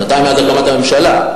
שנתיים מאז הקמת הממשלה.